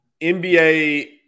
NBA